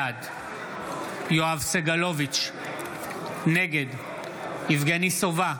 בעד יואב סגלוביץ' נגד יבגני סובה,